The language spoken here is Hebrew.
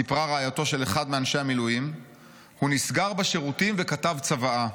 סיפרה רעייתו של אחד מאנשי המילואים, הוא נסגר בשירותים וכתב צוואה.